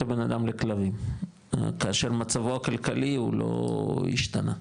הבנאדם לכלבים כאשר מצבו הכלכלי הוא לא השתנה.